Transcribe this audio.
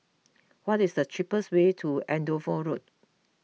what is the cheapest way to Andover Road